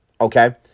okay